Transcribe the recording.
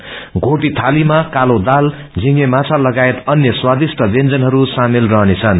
घोटी थालीमा कालो दाल झिंगे माछा लगायत अन्य स्वादिष्ठ ब्यंजनहरू सामेल रहनेछन्